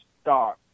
start